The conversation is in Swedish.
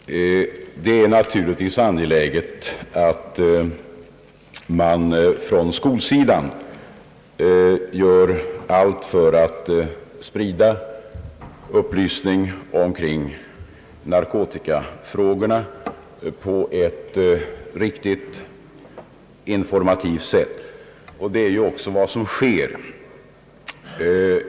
Herr talman! Det är naturligtvis ange Jäget att man från skolsidan gör allt för att sprida upplysning omkring narkotikafrågorna på ett riktigt och informativt sätt, och det är ju också vad som sker.